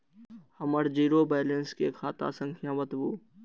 हमर zero balance के खाता संख्या बतबु?